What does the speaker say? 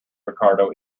ricardo